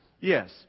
Yes